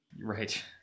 Right